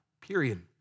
period